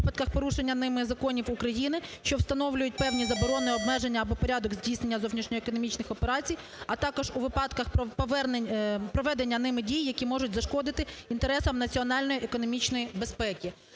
випадках порушення ними законів України, що встановлюють певні заборони обмеження або порядок здійснення зовнішньоекономічних операцій, а також у випадках проведення ними дій, які можуть зашкодити інтересам національної економічної безпеки.